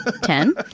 Ten